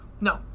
no